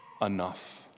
enough